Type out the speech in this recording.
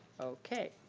okay.